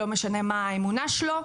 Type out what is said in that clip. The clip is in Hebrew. לא משנה מה האמונה שלו,